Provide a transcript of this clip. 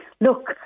look